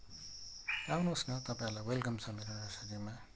आउनुहोस् न तपाईँहरूलाई वेलकम छ मेरो नर्सरीमा